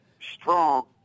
strong